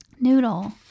Noodle